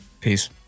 Peace